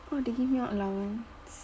orh they give more allowance